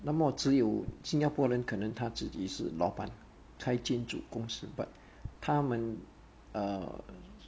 那么只有新加坡人可能他自己是老板开建筑公司 but 他们 err